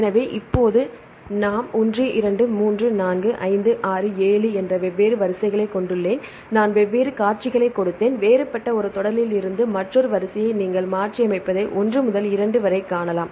எனவே இப்போது நாம் 1 2 3 4 5 6 7 என்ற வெவ்வேறு வரிசைகளைக் கொண்டுள்ளேன் நான் வெவ்வேறு காட்சிகளைக் கொடுத்தேன் வேறுபட்ட ஒரு தொடரிலிருந்து மற்றொரு வரிசையை நீங்கள் மாற்றியமைப்பதை ஒன்று முதல் இரண்டு வரை காணலாம்